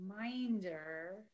reminder